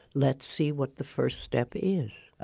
let's see what the first step is.